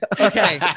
Okay